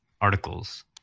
articles